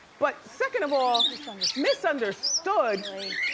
but second of all, misunderstood? misunderstood. really?